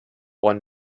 won